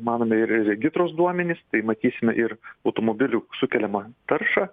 įmanomi ir regitros duomenys tai matysime ir automobilių sukeliamą taršą